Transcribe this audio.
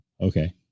Okay